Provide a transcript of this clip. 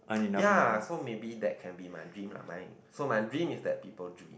ya so maybe that can be my dream lah right so my dream is that people dream